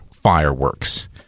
Fireworks